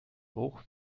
hoch